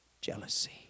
Jealousy